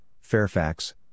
Fairfax